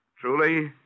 truly